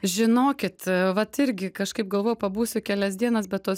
žinokit a vat irgi kažkaip galvojau pabūsiu kelias dienas bet tos